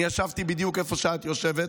אני ישבתי בדיוק איפה שאת יושבת.